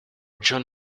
john